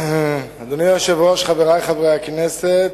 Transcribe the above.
אדוני היושב-ראש, חברי חברי הכנסת,